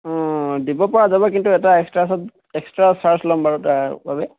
অঁ দিব পৰা যাব কিন্তু এটা এক্সট্ৰা চাৰ্ এক্সট্ৰা চাৰ্জ ল'ম বাৰু তাৰ বাবে